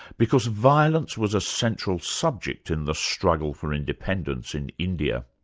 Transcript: because violence was a central subject in the struggle for independence in india.